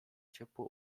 ciepło